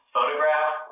photograph